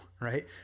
right